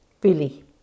Billy